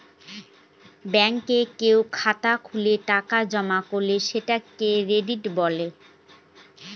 ব্যাঙ্কে কেউ খাতা খুলে টাকা জমা করলে সেটাকে ক্রেডিট বলে